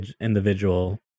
individual